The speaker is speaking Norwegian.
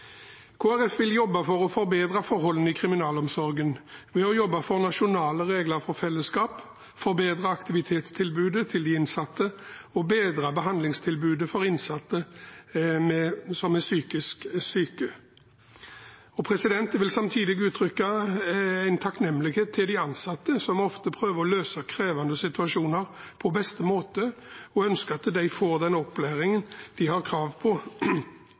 vil jobbe for å forbedre forholdene i kriminalomsorgen ved å jobbe for nasjonale regler for fellesskap, forbedre aktivitetstilbudet til de innsatte og bedre behandlingstilbudet for innsatte som er psykisk syke. Jeg vil samtidig uttrykke takknemlighet til de ansatte, som ofte prøver å løse krevende situasjoner på beste måte, og ønsker at de får den opplæring de har krav på